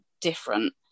different